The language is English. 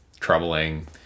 troubling